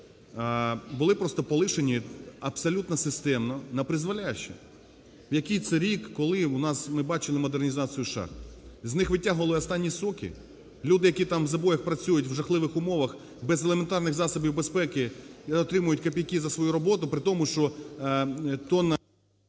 були просто полишені абсолютно системно напризволяще. Який це рік, коли у нас ми бачили модернізацію шахт? З них витягували останні соки. Люди, які там у забоях працюють в жахливих умовах, без елементарних засобів безпеки, отримують копійки за свою роботу, при тому що тонна